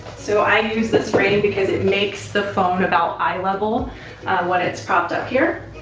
so i use this frame because it makes the phone about eye level when it's propped up here.